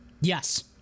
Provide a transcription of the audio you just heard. Yes